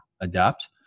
adapt